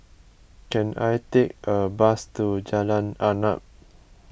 can I take a bus to Jalan Arnap